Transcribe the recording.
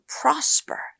prosper